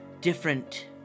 different